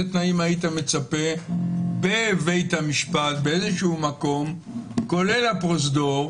בבית המשפט כולל הפרוזדור